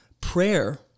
Prayer